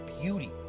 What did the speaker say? beauty